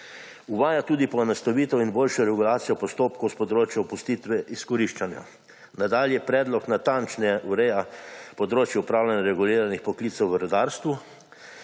Uvaja tudi poenostavitev in boljšo regulacijo postopkov s področja opustitve izkoriščanja. Nadalje predlog natančneje ureja področja upravljanja reguliranih poklicev v rudarstvu